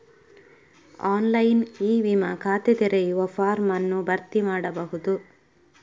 online e ವಿಮಾ ಖಾತೆ ತೆರೆಯುವ ಫಾರ್ಮ್ ಅನ್ನು ಭರ್ತಿ ಮಾಡಬಹುದು